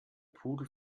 pudel